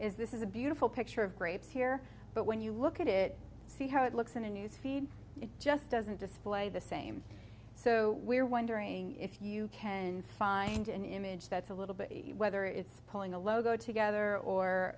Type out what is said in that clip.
is this is a beautiful picture of grapes here but when you look at it see how it looks in a news feed it just doesn't display the same so we're wondering if you can find an image that's a little bit whether it's pulling a logo together or